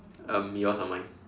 um yours or mine